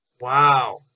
Wow